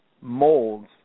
molds